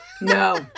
No